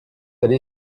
allé